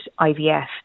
IVF